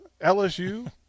LSU